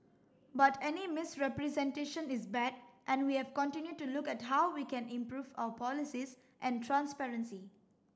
but any misrepresentation is bad and we have continued to look at how we can improve our policies and transparency